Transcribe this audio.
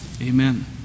Amen